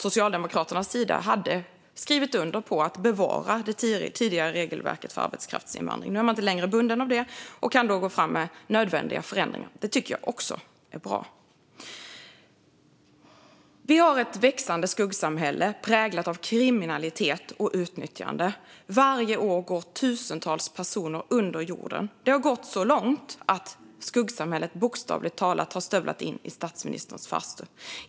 Socialdemokraterna hade i det skrivit under på att bevara det tidigare regelverket för arbetskraftsinvandring. Nu är man inte längre bunden av det och kan därför gå fram med nödvändiga förändringar. Det tycker jag också är bra. Vi har ett växande skuggsamhälle präglat av kriminalitet och utnyttjande. Varje år går tusentals personer under jorden. Det har gått så långt att skuggsamhället bokstavligt talat har stövlat in i statsministerns farstu.